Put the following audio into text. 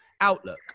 outlook